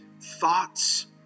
thoughts